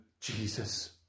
Jesus